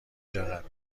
دارد